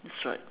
that's right